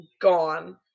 gone